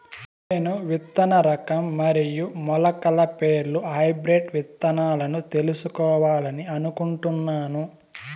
నేను విత్తన రకం మరియు మొలకల పేర్లు హైబ్రిడ్ విత్తనాలను తెలుసుకోవాలని అనుకుంటున్నాను?